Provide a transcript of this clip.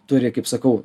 turi kaip sakau